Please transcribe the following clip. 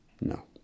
No